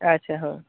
ᱟᱪᱪᱷᱟ ᱦᱳᱭ